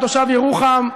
תושב ירוחם,